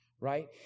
right